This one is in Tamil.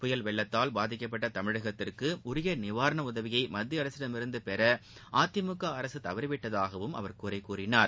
புயல் வெள்ளத்தால் பாதிக்கப்பட்ட தமிழகத்திற்கு உரிய நிவாரண உதவியை மத்திய அரசிடம் இருந்து பெற அதிமுக அரசு தவறிவிட்டதாகவும் அவர் குறை கூறினார்